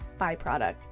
byproduct